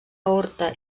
horta